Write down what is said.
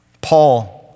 Paul